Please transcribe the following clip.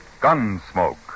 Gunsmoke